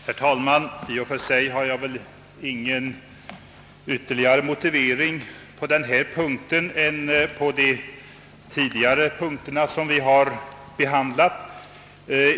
Herr talman! I denna punkt har jag i och för sig ingen ytterligare motivering att anföra än vid de punkter vi tidigare behandlat.